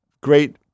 great